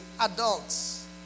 adults